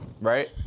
right